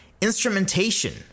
instrumentation